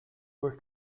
were